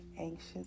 anxious